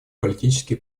политические